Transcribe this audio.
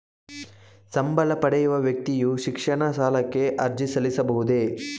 ಸಂಬಳ ಪಡೆಯುವ ವ್ಯಕ್ತಿಯು ಶಿಕ್ಷಣ ಸಾಲಕ್ಕೆ ಅರ್ಜಿ ಸಲ್ಲಿಸಬಹುದೇ?